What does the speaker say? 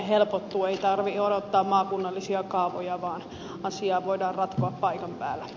ei tarvitse odottaa maakunnallisia kaavoja vaan asiaa voidaan ratkoa paikan päällä